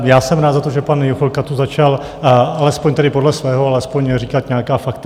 Já jsem rád za to, že pan Juchelka tu začal, alespoň tedy podle svého, ale alespoň říkat nějaká fakta.